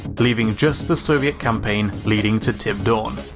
but leaving just the soviet campaign leading to tib dawn.